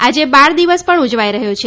આજે બાળ દિવસ પણ ઉજવાઈ રહ્યો છે